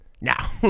Now